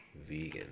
vegan